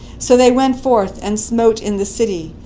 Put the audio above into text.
so they went forth, and smote in the city.